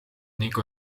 ning